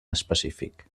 específic